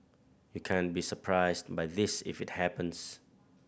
you can't be surprised by this if it happens